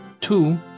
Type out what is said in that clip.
two